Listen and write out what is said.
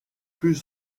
plus